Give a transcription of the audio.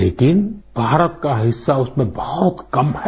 लेकिन भारत का हिस्सा उसमें बहुत कम है